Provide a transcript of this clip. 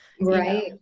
Right